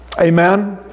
amen